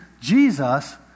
Jesus